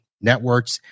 networks